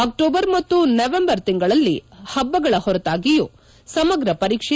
October ಮತ್ತು November ತಿಂಗಳಲ್ಲಿ ಪಬ್ಲಗಳ ಹೊರತಾಗಿಯೂ ಸಮಗ್ರ ಪರೀಕ್ಷೆ